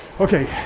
okay